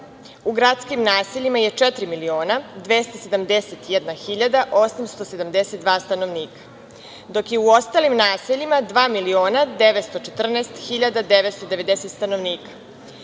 U gradskim naseljima je 4.271.872 stanovnika, dok je u ostalim naseljima 2.914.990 stanovnika.